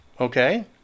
Okay